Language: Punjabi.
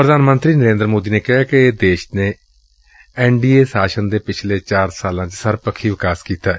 ਪ੍ਧਾਨ ਮੰਤਰੀ ਨਰੇਂਦਰ ਮੋਦੀ ਨੇ ਕਿਹੈ ਕਿ ਦੇਸ਼ ਨੇ ਐਨ ਡੀ ਏ ਸ਼ਾਸਨ ਦੇ ਪਿਛਲੇ ਚਾਰ ਸਾਲਾਂ ਚ ਸਰਬਪੱਖੀ ਵਿਕਾਸ ਕੀਤੈ